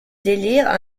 délires